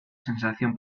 sensación